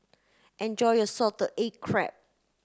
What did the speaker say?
enjoy your salted egg crab